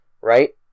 right